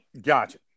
Gotcha